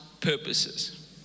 purposes